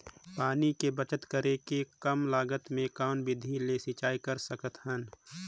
पानी के बचत करेके कम लागत मे कौन विधि ले सिंचाई कर सकत हन?